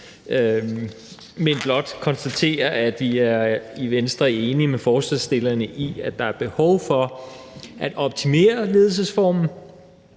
men blot konstatere, at vi i Venstre er enige med forslagsstillerne i, at der er behov for at optimere ledelsesformen